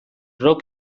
rock